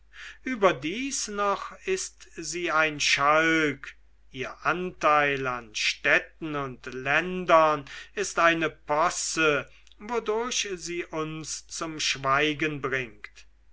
überdies noch ist sie ein schalk ihr anteil an städten und ländern ist eine posse wodurch sie uns zum schweigen bringt